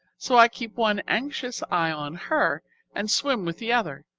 so i keep one anxious eye on her and swim with the other,